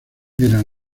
era